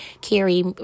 Carrie